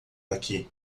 aqui